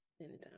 anytime